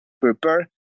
prepare